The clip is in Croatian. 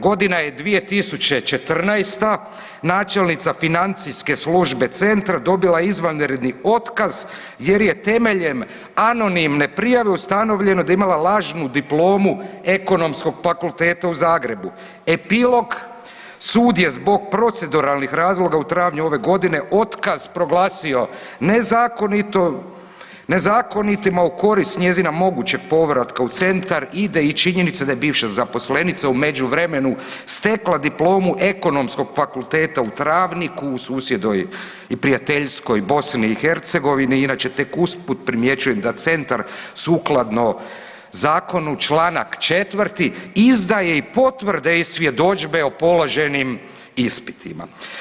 Godina je 2014., načelnica Financijske službe centra dobila je izvanredni otkaz jer je temeljem anonimne prijave ustanovljeno da je imala lažnu diplomu Ekonomskog fakulteta u Zagrebu. epilog, sud je zbog proceduralnih razloga u travnju ove godine otkaz proglasio nezakonitim u korist njezina moguće povratka u centar ide i činjenica da je bivša zaposlenica u međuvremenu stekla diplomu Ekonomskog fakultetu u Travniku u susjednoj i prijateljskoj BiH, inače tek usput primjećujem da centar sukladno zakonu čl. 4. izdaje i potvrde i svjedodžbe o položenim ispitima.